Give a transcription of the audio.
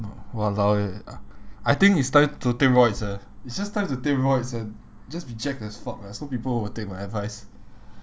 !walao! eh I I think it's time to take roids eh it's just time to take roids eh just be jacked as fuck ah so people will take my advice